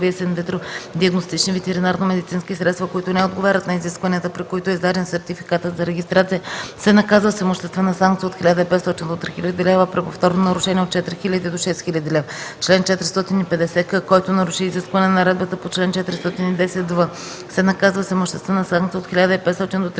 с инвитро диагностични ветеринарномедицински средства, които не отговарят на изискванията, при които е издаден сертификатът за регистрация, се наказва с имуществена санкция от 1500 до 3000 лв., а при повторно нарушение – от 4000 до 6000 лв. Чл. 450к. Който наруши изискване на наредбата по чл. 410в, се наказва с имуществена санкция от 1500 до 3000 лв.,